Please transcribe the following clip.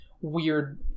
weird